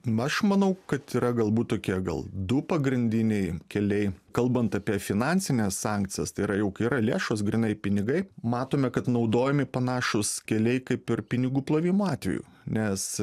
maš manau kad yra galbūt tokie gal du pagrindiniai keliai kalbant apie finansines sankcijas tai yra jau kai yra lėšos grynai pinigai matome kad naudojami panašūs keliai kaip ir pinigų plovimo atvejų nes